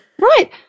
right